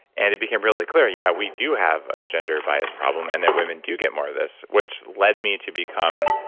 and it became really clear, yeah we do have a gender bias problem and that women do get more of this, which led me to become.